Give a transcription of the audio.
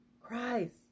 christ